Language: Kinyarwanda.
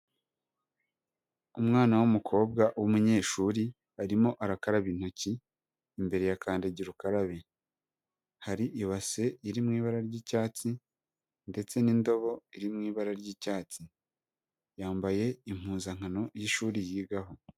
Umwana w'umukobwa w'umunyeshuri arimo arakaraba intoki imbere ya kandagira ukarabe, hari ibase iriho ibara ry'icyatsi ndetse n'indobo iriho ibara ry'icyatsi, yambaye impuzankano y'ishuri yigaho.